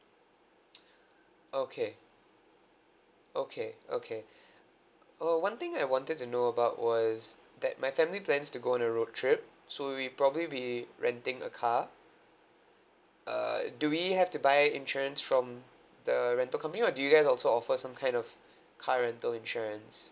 okay okay okay oh one thing I wanted to know about was that my family plans to go on a road trip so we probably be renting a car err do we have to buy insurance from the rental company or do you guys also offer some kind of car rental insurance